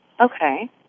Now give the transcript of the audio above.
Okay